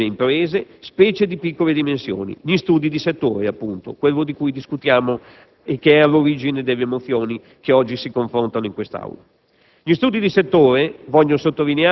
dei ricavi dei lavoratori autonomi e delle imprese, specie di piccole dimensioni: gli studi di settore, appunto, ciò di cui discutiamo e che è alla origine delle mozioni che oggi si confrontano in quest'Aula.